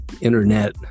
internet